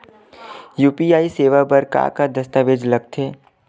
UPI सेवा बर का का दस्तावेज लगथे?